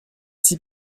six